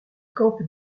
campe